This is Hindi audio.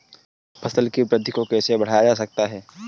फसल की वृद्धि को कैसे बढ़ाया जाता हैं?